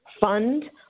fund